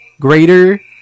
greater